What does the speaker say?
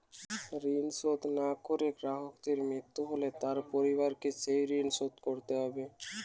ঋণ শোধ না করে গ্রাহকের মৃত্যু হলে তার পরিবারকে সেই ঋণ শোধ করতে হবে?